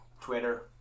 Twitter